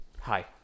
Hi